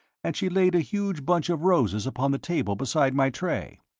and she laid a huge bunch of roses upon the table beside my tray.